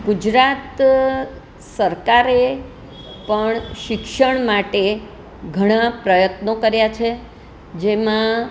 ગુજરાત સરકારે પણ શિક્ષણ માટે ઘણા પ્રયત્નો કર્યા છે જેમાં